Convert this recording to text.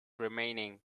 remaining